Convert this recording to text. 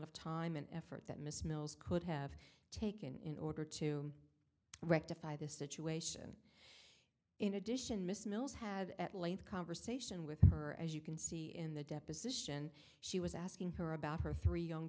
of time and effort that miss mills could have taken in order to rectify this situation in addition miss mills have at length conversation with her as you can see in the deposition she was asking her about her three young